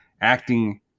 acting